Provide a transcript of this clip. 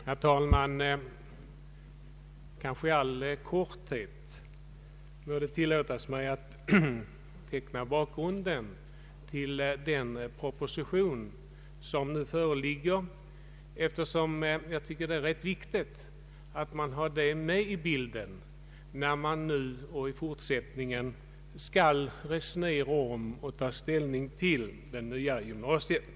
Herr talman! Det kanske tillåtes mig att i all korthet teckna bakgrunden till den proposition som nu föreligger. Jag tycker att det är viktigt att man har den med i bilden när man nu och i fortsättningen skall resonera om och ta ställning till det nya gymnasiet.